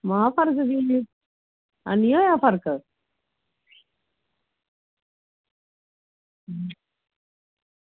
ना फर्क पेई गेआ है नी होएआ फर्क